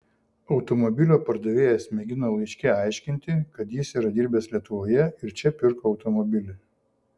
automobilio pardavėjas mėgino laiške aiškinti kad jis yra dirbęs lietuvoje ir čia pirko automobilį